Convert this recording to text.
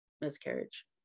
miscarriage